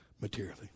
materially